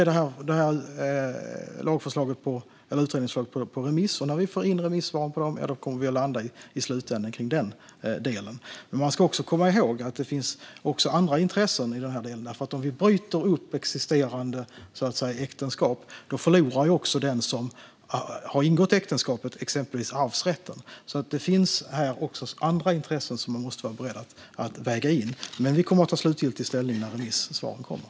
Utredningsförslaget är alltså på remiss, och när vi får in remissvaren kommer vi att landa i den delen. Man ska dock komma ihåg att det finns även andra intressen i den här delen - om vi bryter upp existerande äktenskap förlorar den som ingått äktenskapet arvsrätten, till exempel. Det finns alltså även andra intressen som man måste vara beredd att väga in. Vi kommer dock att ta slutgiltig ställning när remissvaren kommer.